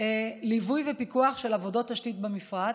ליווי ופיקוח על עבודות תשתית במפרץ,